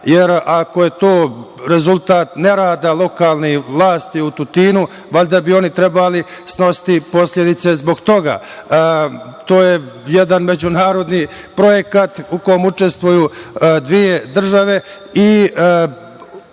Ako je to rezultat nerada lokalnih vlasti u Tutinu, valjda bi oni trebali snositi posledice zbog toga. To je jedan međunarodni projekat u kome učestvuju dve države